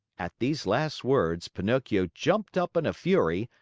at these last words, pinocchio jumped up in a fury,